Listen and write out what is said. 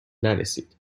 نرسید